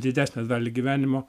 didesnę dalį gyvenimo